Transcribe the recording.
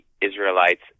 Israelites